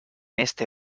este